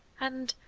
and,